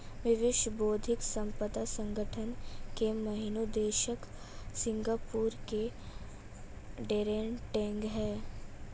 विश्व बौद्धिक संपदा संगठन के महानिदेशक सिंगापुर के डैरेन टैंग हैं